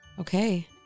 Okay